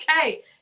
Okay